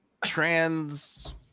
trans